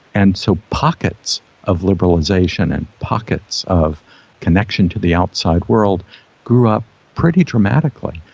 and so pockets of liberalisation and pockets of connection to the outside world grew up pretty dramatically.